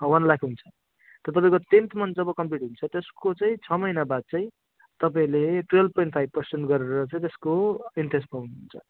one lakh हुन्छ त्यो तपाईँ टेन्थ मन्थ जब कम्प्लिट हुन्छ त्यसको चाहिँ छ महिना बाद चाहिँ तपाईँहरूले ट्वेल्भ पोइन्ट फाइभ पर्सेन्ट गरेर चाहिँ त्यसको इन्ट्रेस्ट पाउनुहुन्छ